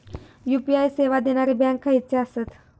UPI सेवा देणारे bank खयचे आसत?